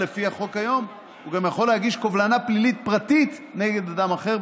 אבל לפי החוק היום הוא גם יכול להגיש קובלנה פלילית פרטית נגד אדם אחר,